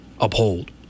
uphold